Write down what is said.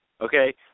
Okay